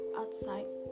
outside